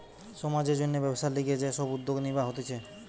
সমাজের জন্যে ব্যবসার লিগে যে সব উদ্যোগ নিবা হতিছে